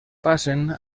passen